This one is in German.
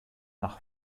nach